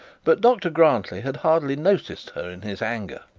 but dr grantly had hardly noticed her in his anger.